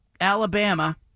Alabama